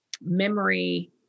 memory